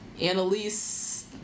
Annalise